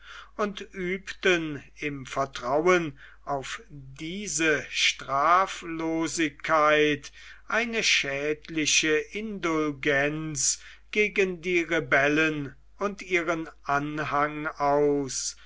und übten im vertrauen auf diese straflosigkeit eine schädliche indulgenz gegen die rebellen und ihren anhang aus